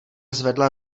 zvedla